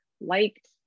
liked